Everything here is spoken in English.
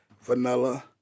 vanilla